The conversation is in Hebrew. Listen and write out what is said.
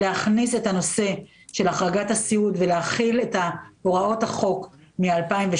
להכניס את הנושא של החרגת הסיעוד ולהחיל את הוראות החוק מ-2018.